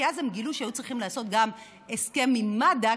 כי אז הם גילו שהיו צריכים לעשות גם הסכם עם מד"א,